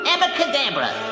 Abacadabra